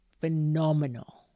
phenomenal